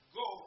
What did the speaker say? go